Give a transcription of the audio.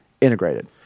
integrated